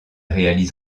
réalise